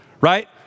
right